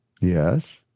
Yes